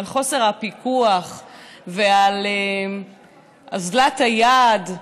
על חוסר הפיקוח ועל אוזלת היד,